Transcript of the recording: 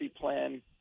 plan